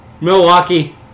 Milwaukee